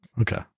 Okay